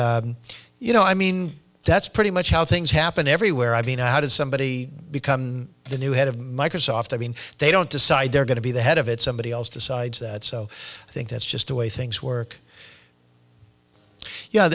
you know i mean that's pretty much how things happen everywhere i mean how does somebody become the new head of microsoft i mean they don't decide they're going to be the head of it somebody else decides that so i think that's just the way things work yeah